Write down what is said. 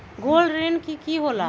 Gold ऋण की होला?